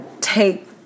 take